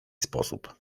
sposób